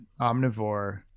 Omnivore